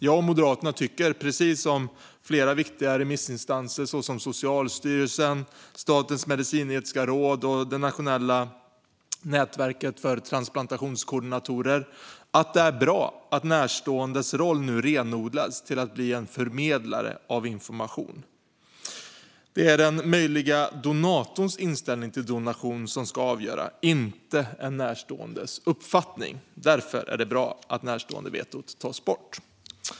Jag och Moderaterna tycker, precis som flera viktiga remissinstanser som Socialstyrelsen, Statens medicinsk-etiska råd och Nationellt Nätverk Transplantationskoordinatorer Organdonation, att det är bra att närståendes roll nu renodlas till att vara en förmedlare av information. Det är den möjliga donatorns inställning till donation som ska avgöra, inte en närståendes uppfattning. Därför är det bra att närståendevetot tas bort.